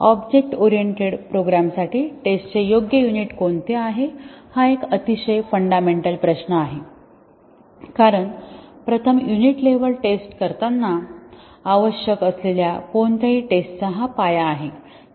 object oriented प्रोग्रॅमसाठी टेस्टचे योग्य युनिट कोणते आहे हा एक अतिशय फंडामेंटल प्रश्न आहे कारण प्रथम युनिट लेव्हल टेस्ट करताना आवश्यक असलेल्या कोणत्याही टेस्टचा हा पाया आहे